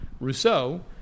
Rousseau